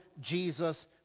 jesus